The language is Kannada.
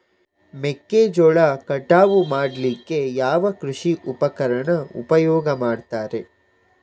ಮೆಕ್ಕೆಜೋಳ ಕಟಾವು ಮಾಡ್ಲಿಕ್ಕೆ ಯಾವ ಕೃಷಿ ಉಪಕರಣ ಉಪಯೋಗ ಮಾಡ್ತಾರೆ?